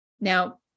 Now